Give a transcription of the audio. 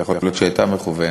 ויכול להיות שהיא הייתה מכוונת,